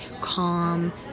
calm